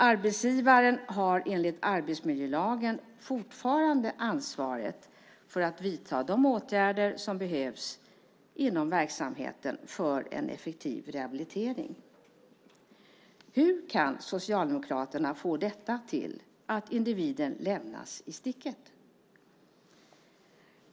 Arbetsgivaren har enligt arbetsmiljölagen fortfarande ansvaret för att vidta de åtgärder som behövs inom verksamheten för en effektiv rehabilitering. Hur kan Socialdemokraterna få detta till att individen lämnas i sticket?